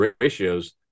ratios